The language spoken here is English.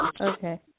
okay